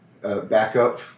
backup